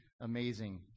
amazing